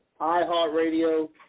iHeartRadio